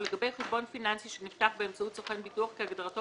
ולגבי חשבון פיננסי שנפתח באמצעות סוכן ביטוח כהגדרתו